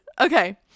Okay